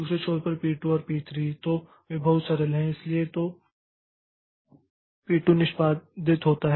दूसरे छोर पर P2 और P3 तो वे बहुत सरल हैं इसलिए तो P2 निष्पादित होता है